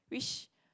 which